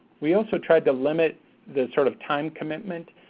we also tried to limit the sort of time commitment,